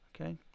Okay